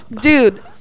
dude